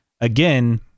again